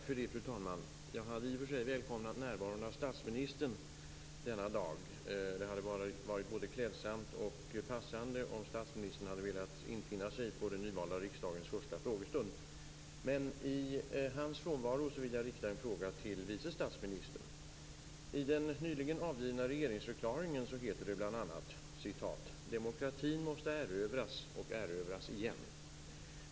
Fru talman! Jag hade i och för sig välkomnat statsministerns närvaro denna dag. Det skulle ha varit både klädsamt och passande om statsministern hade velat infinna sig till den nyvalda riksdagens första frågestund. "Demokratin måste erövras, och erövras igen.